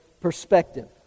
perspective